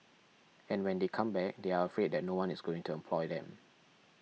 and when they come back they are afraid that no one is going to employ them